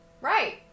Right